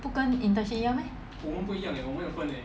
跟 internship 一样 meh